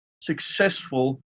successful